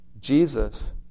Jesus